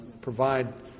provide